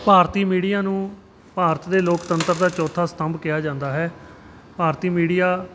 ਭਾਰਤੀ media ਨੂੰ ਭਾਰਤ ਦੇ ਲੋਕਤੰਤਰ ਦਾ ਚੌਥਾ ਸਤੰਭ ਕਿਹਾ ਜਾਂਦਾ ਹੈ ਭਾਰਤੀ ਮੀਡੀਆ